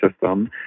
system